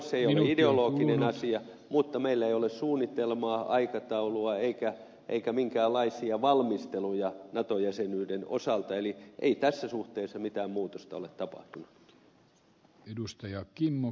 se ei ole ideo loginen asia mutta meillä ei ole suunnitelmaa aikataulua eikä minkäänlaisia valmisteluja nato jäsenyyden osalta eli ei tässä suhteessa mitään muutosta ole tapahtunut